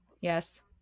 yes